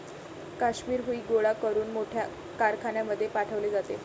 काश्मिरी हुई गोळा करून मोठ्या कारखान्यांमध्ये पाठवले जाते